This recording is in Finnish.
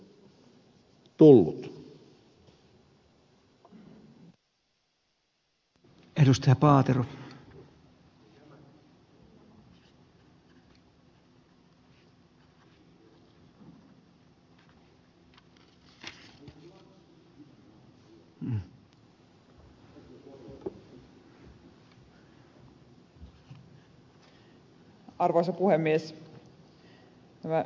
arvoisa puhemies